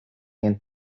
and